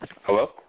Hello